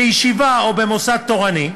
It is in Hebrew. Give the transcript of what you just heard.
בישיבה או במוסד תורני,